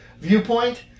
viewpoint